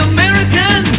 American